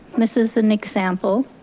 this is an example,